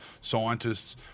scientists